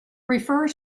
refer